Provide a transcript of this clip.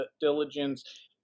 diligence